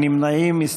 אין נמנעים.